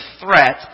threat